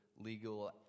legal